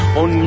on